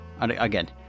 Again